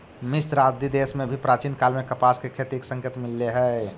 मिस्र आदि देश में भी प्राचीन काल में कपास के खेती के संकेत मिलले हई